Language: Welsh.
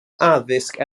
addysg